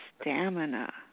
stamina